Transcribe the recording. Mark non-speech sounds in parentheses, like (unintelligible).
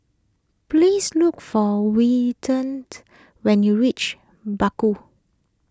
please look for Wilton (unintelligible) when you reach Bakau